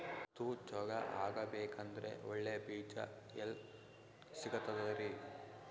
ಉದ್ದು ಚಲೋ ಆಗಬೇಕಂದ್ರೆ ಒಳ್ಳೆ ಬೀಜ ಎಲ್ ಸಿಗತದರೀ?